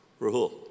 Rahul